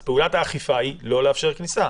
אז פעולת האכיפה היא לא לאפשר כניסה.